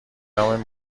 نام